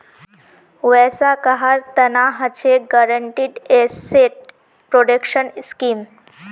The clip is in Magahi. वैसा कहार तना हछेक गारंटीड एसेट प्रोटेक्शन स्कीम